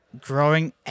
Growing